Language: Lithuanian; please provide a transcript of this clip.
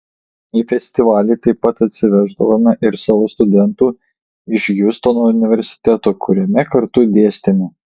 į festivalį taip pat atsiveždavome ir savo studentų iš hjustono universiteto kuriame kartu dėstėme